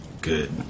good